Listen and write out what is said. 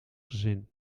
gezin